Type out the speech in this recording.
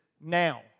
now